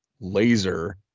Laser